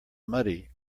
muddy